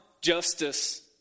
justice